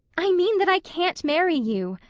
i mean that i can't marry you,